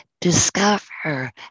discover